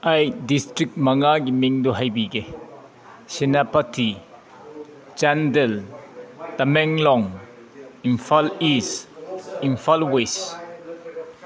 ꯑꯩ ꯗꯤꯁꯇ꯭ꯔꯤꯛ ꯃꯉꯥꯒꯤ ꯃꯤꯡꯗꯣ ꯍꯥꯏꯕꯤꯒꯦ ꯁꯦꯅꯥꯄꯇꯤ ꯆꯥꯟꯗꯦꯜ ꯇꯃꯦꯡꯂꯣꯡ ꯏꯝꯐꯥꯜ ꯏꯁ ꯏꯝꯐꯥꯜ ꯋꯦꯁ